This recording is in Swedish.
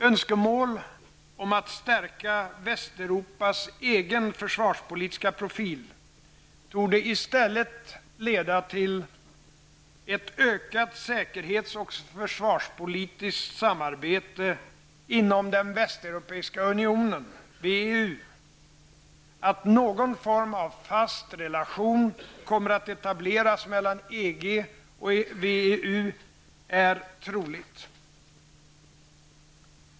Önskemål om att stärka Västeuropas egen försvarspolitiska profil torde i stället leda till ett ökat säkerhets och försvarspolitiskt samarbete inom den västeuropeiska unionen, WEU. Att någon form av fast relation kommer att etableras mellan EG och WEU är troligt.